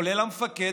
כולל המפקד,